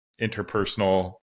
interpersonal